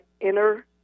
inner